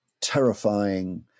terrifying